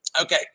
Okay